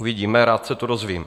Uvidíme, rád se to dozvím.